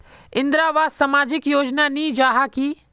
इंदरावास सामाजिक योजना नी जाहा की?